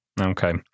Okay